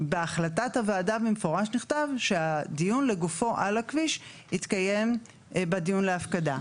בהחלטת הוועדה במפורש נכתב שהדיון לגופו על הכביש יתקיים בדיון להפקדה.